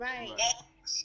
Right